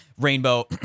rainbow